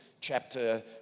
chapter